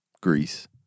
Greece